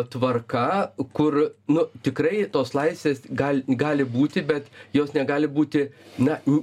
tvarka kur nu tikrai tos laisvės gal gali būti bet jos negali būti na